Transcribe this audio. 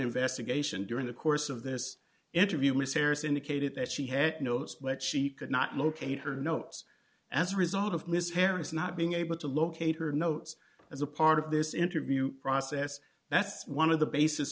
investigation during the course of this interview miss harris indicated that she had notes but she could not locate her notes as a result of miss harris not being able to locate her notes as a part of this interview process that's one of the basis